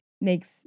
makes